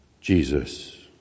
Jesus